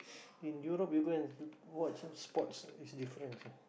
in Europe you go and watch some sports is different